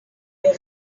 est